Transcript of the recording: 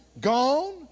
gone